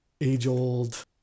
age-old